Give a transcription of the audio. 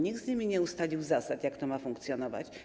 Nikt z nimi nie ustalił zasad, jak to ma funkcjonować.